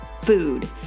food